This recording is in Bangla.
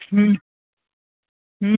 হুম হুম